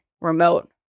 remote